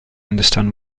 understand